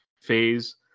phase